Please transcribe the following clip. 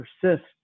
persist